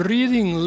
Reading